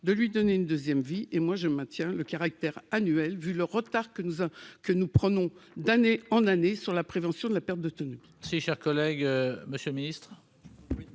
de lui donner une 2ème vie et moi je maintiens le caractère annuel, vu le retard que nous que nous prenons, d'année en année sur la prévention de la perte de tonus. Si cher collègue, Monsieur le Ministre.